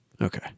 Okay